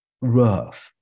rough